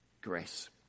grace